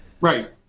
right